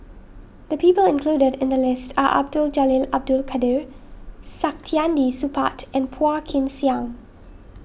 the people included in the list are Abdul Jalil Abdul Kadir Saktiandi Supaat and Phua Kin Siang